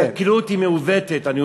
עוד פעם.